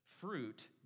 fruit